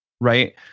right